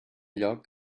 lloc